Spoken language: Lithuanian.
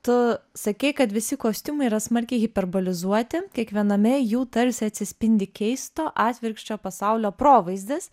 tu sakei kad visi kostiumai yra smarkiai hiperbolizuoti kiekviename jų tarsi atsispindi keisto atvirkščio pasaulio provaizdis